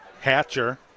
Hatcher